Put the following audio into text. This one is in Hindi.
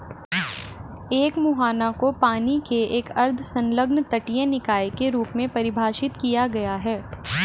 एक मुहाना को पानी के एक अर्ध संलग्न तटीय निकाय के रूप में परिभाषित किया गया है